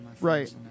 Right